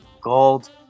Gold